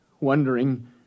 wondering